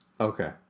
Okay